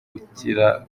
gukira